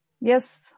Yes